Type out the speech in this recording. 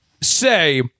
say